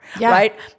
right